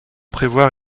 prévoir